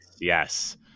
yes